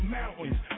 mountains